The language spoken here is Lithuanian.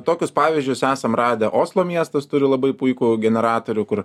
tokius pavyzdžius esam radę oslo miestas turi labai puikų generatorių kur